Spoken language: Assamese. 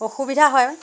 অসুবিধা হয়